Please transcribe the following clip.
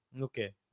Okay